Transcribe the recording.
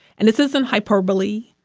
and this isn't hyperbole.